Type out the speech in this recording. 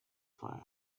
far